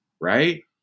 right